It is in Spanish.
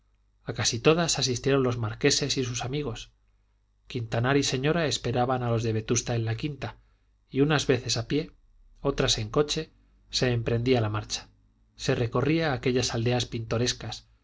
a casi todas asistieron los marqueses y sus amigos quintanar y señora esperaban a los de vetusta en la quinta y unas veces a pie otras en coche se emprendía la marcha se recorría aquellas aldeas pintorescas